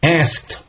asked